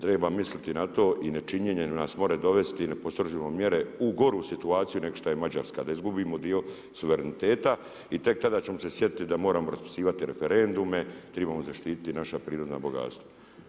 Treba misliti na to i nečinjenje nas može dovesti ne postrožimo li mjere u goru situaciju nego što je Mađarska, da izgubimo dio suvereniteta i tek tada ćemo se sjetiti da moramo raspisivati referendume, trebamo zaštititi naša prirodna bogatstva.